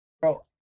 Bro